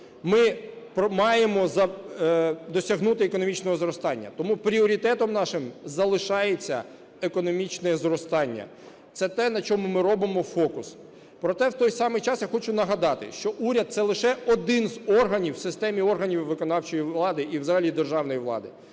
ми маємо досягнути економічного зростання. Тому пріоритетом нашим залишається економічне зростання. Це те, на чому ми робимо фокус. Проте в той самий час я хочу нагадати, що уряд – це лише один з органів в системі органів виконавчої влади і взагалі державної влади.